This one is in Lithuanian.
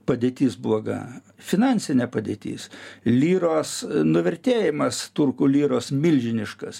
padėtis bloga finansinė padėtis liros nuvertėjimas turkų liros milžiniškas